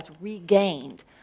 regained